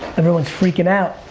everyone's freakin' out.